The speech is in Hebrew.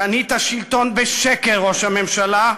קנית שלטון בשקר, ראש הממשלה.